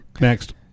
Next